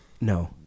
No